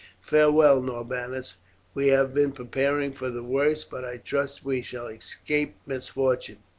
farewell, norbanus we have been preparing for the worst, but i trust we shall escape misfortune.